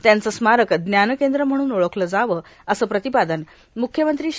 त्यांचे स्मारक ज्ञानकेंद्र म्हणून ओळखले जावे असे प्रतिपादन म्ख्यमंत्री श्री